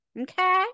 Okay